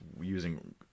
using